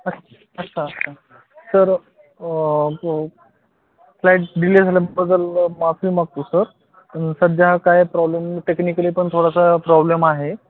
अच् अच्छा अच्छा सर फ्लाईट डिले झाल्याबद्दल माफी मागतो सर सध्या काय प्रॉब्लेम टेक्निकली पण थोडासा प्रॉब्लेम आहे